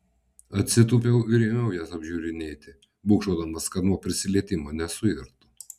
atsitūpiau ir ėmiau jas apžiūrinėti būgštaudamas kad nuo prisilietimo nesuirtų